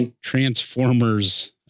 Transformers